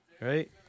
Right